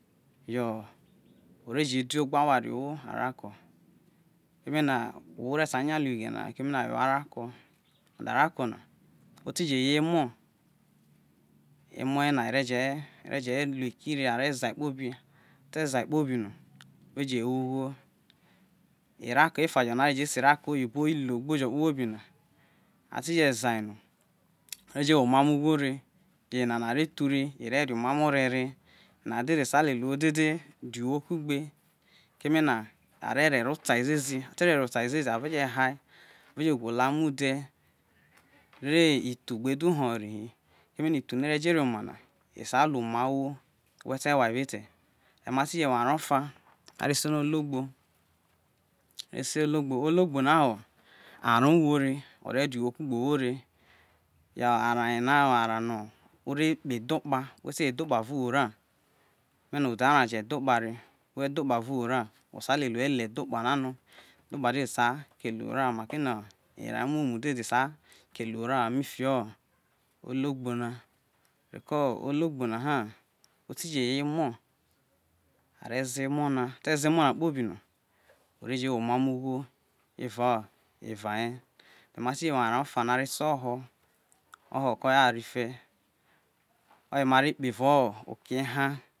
Yo ore je di ogbas warie̱ owo avako kerue na ohwo re see nya luo ighe na ha kemeno owo arako, yo arako na oti je emo̱ emoye na re je are je luo eki le are zai kpobi, ate̱ zai kpobi no are je wo ugho ei qoko efajo no are se erooko oyibo ologbo ro kpokpobi na ati jeze a no̱ are je wo emamo ugho re, ye na na are je tene ri are ro emamo ori re, eyena dede re sai lele owo dede ria uwo kugbo keme ne are re rotae ziezl ate je hae are je gwolae emo̱ ude̱ re ithu gbe du wo ri hi keme ithu no ero ri omo na es ruo evao oma ohwo we te woa evao ete. Then mati je wo arao of no are se no ologbo, ologbo na ho arao uwo re ore ria uwo kugbe owo re yo arao ye ne no arao no one kpe edhokpa we te wo edhokpa eva uwo ra kene no ode̱ arao jo edhokpa re we wo edho kpa evao wu ra osei lele owo le edhokpa na no edhokpa sae kele uwo ra ha era muomu dede esa kele uwo raha mifio ologbo ne re ko ologh na ha oti je ye emo̱ are ze̱ emo na ate ze emo̱ na kpobi no ore je wo omamo ugho eva eve ye, mate je wo arao ofa no are se oho̱ oho̱ oye arife̱ oye mare kpevao oke eha